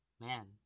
Man